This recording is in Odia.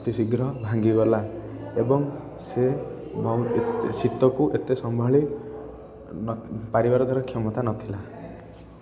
ଅତି ଶୀଘ୍ର ଭାଙ୍ଗିଗଲା ଏବଂ ସେ ଶୀତକୁ ଏତେ ସମ୍ଭାଳି ପାରିବାର ତା'ର କ୍ଷମତା ନଥିଲା